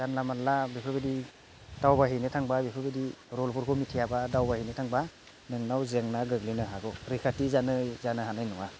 जानला मानला बेफोरबायदि दावबाहैनो थांबा बेफोरबायदि रुलफोरखौ मिथियाबा दावबायहैनो थांबा नोंनाव जेंना गोग्लैनो हागौ रैखाथि जानो हानाय नङा